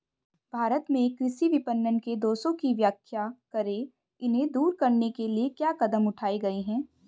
भारत में कृषि विपणन के दोषों की व्याख्या करें इन्हें दूर करने के लिए क्या कदम उठाए गए हैं?